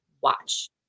Watch